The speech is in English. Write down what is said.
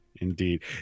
Indeed